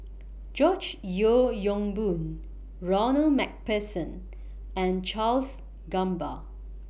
George Yeo Yong Boon Ronald MacPherson and Charles Gamba